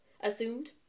assumed